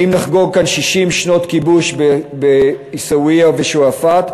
האם נחגוג כאן 60 שנות כיבוש בעיסאוויה ובשועפאט,